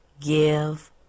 give